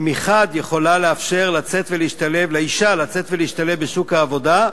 מחד גיסא היא יכולה לאפשר לאשה לצאת ולהשתלב בשוק העבודה,